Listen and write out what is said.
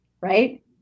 right